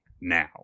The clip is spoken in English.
now